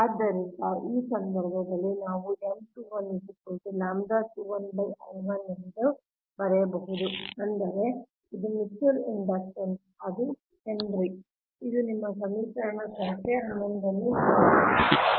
ಆದ್ದರಿಂದ ಆ ಸಂದರ್ಭದಲ್ಲಿ ನಾವು ಎಂದು ಬರೆಯಬಹುದು ಅಂದರೆ ಇದು ಮ್ಯೂಚುಯಲ್ ಇಂಡಕ್ಟನ್ಸ್ ಅದು ಹೆನ್ರಿ ಇದು ನಿಮ್ಮ ಸಮೀಕರಣ ಸಂಖ್ಯೆ 11 ಅನ್ನು ನೀಡಲಾಗಿದೆ